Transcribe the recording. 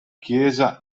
chiesa